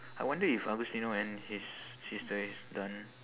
I wonder if agustino and his sister is done